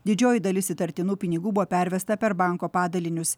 didžioji dalis įtartinų pinigų buvo pervesta per banko padalinius